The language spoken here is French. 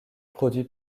produit